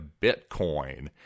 Bitcoin